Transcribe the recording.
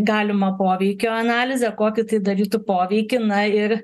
galimą poveikio analizę kokį tai darytų poveikį na ir